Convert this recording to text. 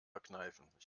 verkneifen